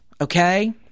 Okay